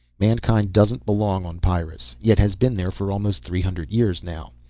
mankind doesn't belong on pyrrus yet has been there for almost three hundred years now.